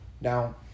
Now